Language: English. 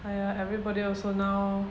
!aiya! everybody also now